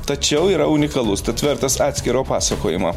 tačiau yra unikalus tad vertas atskiro pasakojimo